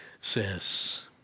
says